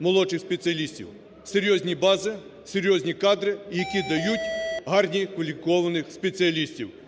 молодших спеціалістів – серйозні бази, серйозні кадри, які дають гарних кваліфікованих спеціалістів.